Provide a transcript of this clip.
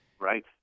Right